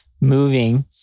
moving